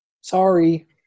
Sorry